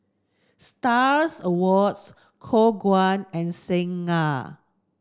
Stars Awards Khong Guan and Singha